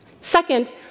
Second